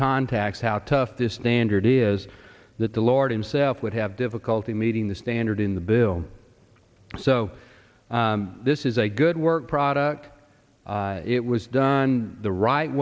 contacts how tough this standard is that the lord himself would have difficulty meeting the standard in the bill so this is a good work product it was done the right